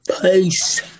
Peace